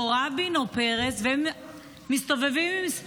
או רבין או פרס.